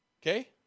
Okay